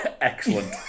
Excellent